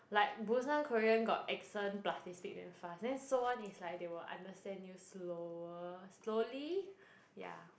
like Busan Korean got accent plus they speak damn fast then Seoul [one] is like they will understand you slower slowly ya